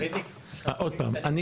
איך זה הולך?